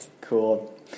Cool